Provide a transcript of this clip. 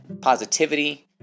positivity